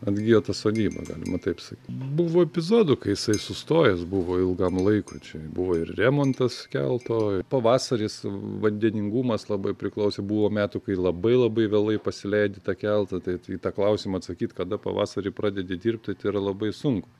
atgijo ta sodyba galima taip sakyt buvo epizodų kai jisai sustojęs buvo ilgam laikui čia buvo ir remontas kelto pavasaris vandeningumas labai priklausė buvo metų kai labai labai vėlai pasileidi tą keltą tai į tą klausimą atsakyt kada pavasarį pradedi dirbti tai yra labai sunku